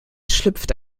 schlüpft